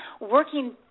working